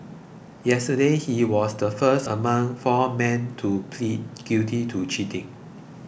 yesterday he was the first among four men to plead guilty to cheating